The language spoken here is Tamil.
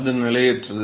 அது நிலையற்றது